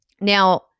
Now